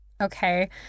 okay